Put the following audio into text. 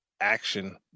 action